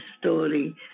story